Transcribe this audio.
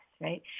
right